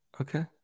okay